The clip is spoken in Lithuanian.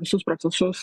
visus procesus